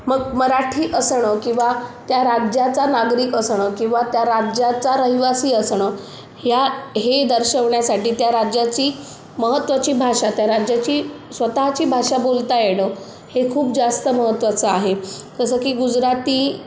मग मराठी असणं किंवा त्या राज्याचा नागरिक असणं किंवा त्या राज्याचा रहिवासी असणं ह्या हे दर्शवण्यासाठी त्या राज्याची महत्वाची भाषा त्या राज्याची स्वतःची भाषा बोलता येणं हे खूप जास्त महत्वाचं आहे जसं की गुजराती